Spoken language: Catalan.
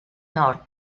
nord